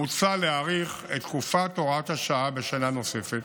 מוצע להאריך את תקופת הוראת השעה בשנה נוספת.